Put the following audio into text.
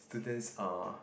student's uh